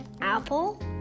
Apple